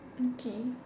mm K